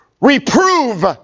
Reprove